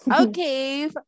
Okay